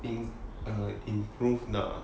things ah improved lah